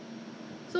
I think I think